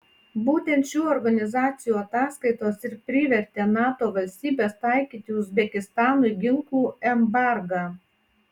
būtent šių organizacijų ataskaitos ir privertė nato valstybes taikyti uzbekistanui ginklų embargą